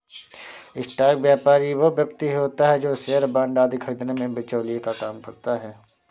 stock व्यापारी वो व्यक्ति होता है जो शेयर बांड आदि खरीदने में बिचौलिए का काम करता है